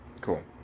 Cool